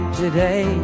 today